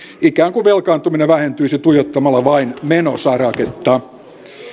ikään kuin velkaantuminen vähentyisi tuijottamalla vain menosaraketta